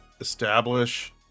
establish